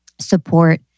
support